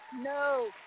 No